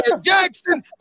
Jackson